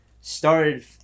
started